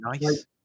nice